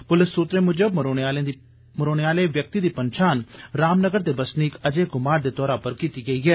पुलस सूत्रें मुजब मरोने आले दी पंछान रामनगर दे बसनीक अजय कुमार दे तौर पर कीती गेई ऐ